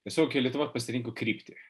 tiesiog kai lietuva pasirinko kryptį